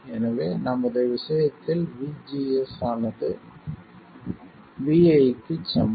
எனவே நமது விஷயத்தில் vGS ஆனது vi க்குச் சமம்